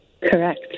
Correct